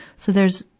so there's,